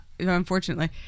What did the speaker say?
unfortunately